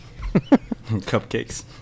Cupcakes